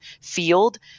field